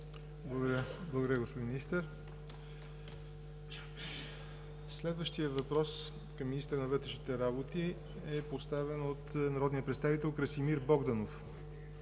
Благодаря, господин Министър. Следващият въпрос към министъра на вътрешните работи е поставен от народния представител Красимир Богданов.